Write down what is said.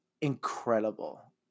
incredible